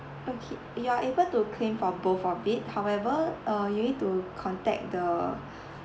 okay you're able to claim for both of it however uh you need to contact the